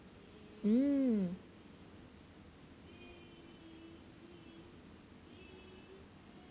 mm